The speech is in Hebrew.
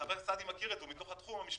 חבר הכנסת סעדי מכיר את זה, הוא מהתחום המשפטי.